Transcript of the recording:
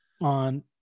on